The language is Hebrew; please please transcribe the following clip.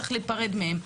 צריך להיפרד מהם,